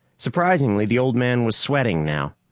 surprisingly, the old man was sweating now.